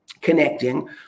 connecting